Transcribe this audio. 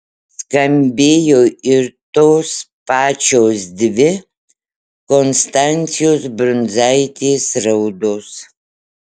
skambėjo ir tos pačios dvi konstancijos brundzaitės raudos